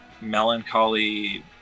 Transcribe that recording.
melancholy